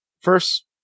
first